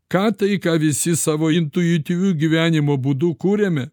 ką tai ką visi savo intuityviu gyvenimo būdu kuriame